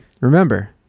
Remember